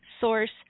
source